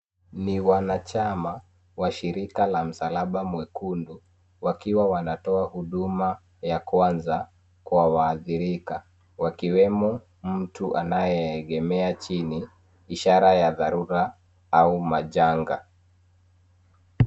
Ni wanachama wa shirika la msalaba mwekundu wakiwa wanatoa huduma ya kwanza kwa waadhirika wakiwemo mtu anayeegemea chini ishara ya dharura au majanga.